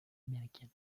américaines